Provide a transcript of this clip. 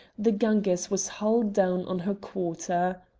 the ganges was hull down on her quarter.